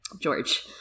George